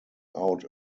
out